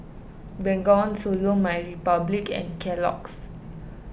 Bengawan Solo MyRepublic and Kellogg's